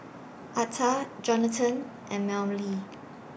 Altha Johnathan and Mellie